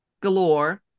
galore